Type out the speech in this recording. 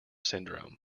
syndrome